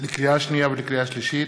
לקריאה שנייה ולקריאה שלישית: